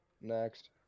Next